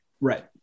Right